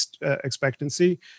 expectancy